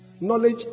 Knowledge